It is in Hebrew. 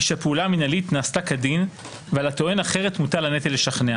שהפעולה המינהלית נעשתה כדין ועל הטוען אחרת מוטל הנטל לשכנע.